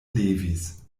levis